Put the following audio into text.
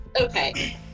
okay